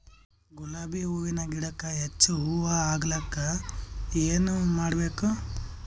ಗುಲಾಬಿ ಹೂವಿನ ಗಿಡಕ್ಕ ಹೆಚ್ಚ ಹೂವಾ ಆಲಕ ಏನ ಮಾಡಬೇಕು?